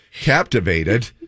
captivated